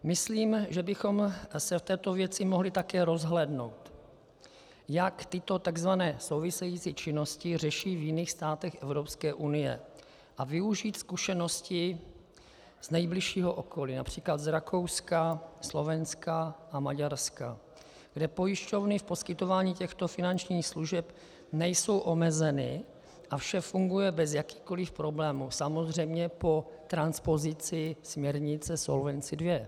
Myslím, že bychom se v této věci mohli také rozhlédnout, jak tyto tzv. související činnosti řeší v jiných státech Evropské unie, a využít zkušenosti z nejbližšího okolí, např. z Rakouska, Slovenska a Maďarska, kde pojišťovny v poskytování těchto finančních služeb nejsou omezeny a vše funguje bez jakýchkoli problémů, samozřejmě po transpozici směrnice Solvency II.